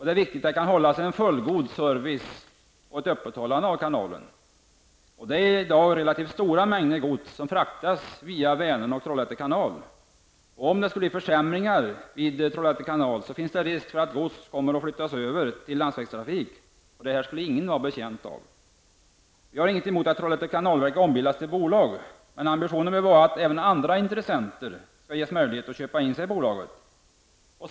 Det är viktigt att det finns en fullgod service och att kanalen kan hållas öppen. Det är i dag relativt stora mängder gods som fraktas via Vänern och Trollhätte kanal. Om det skulle bli försämringar vid Trollhätte kanal finns det risk för att godstransporter kommer att flyttas över till landsvägstrafik, något som ingen skulle vara betjänt av. Vi har inget emot att Trollhätte kanalverk ombildas till bolag. Men ambitionen bör vara att flera intressenter skall ges möjligheter att köpa in sig i bolaget.